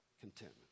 Contentment